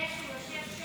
יש, הוא יושב שם.